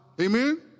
Amen